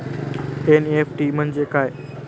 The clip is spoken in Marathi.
एन.इ.एफ.टी म्हणजे काय?